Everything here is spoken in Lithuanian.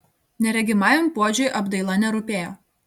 neregimajam puodžiui apdaila nerūpėjo